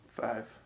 Five